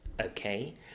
Okay